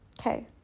Okay